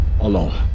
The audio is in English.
alone